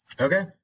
Okay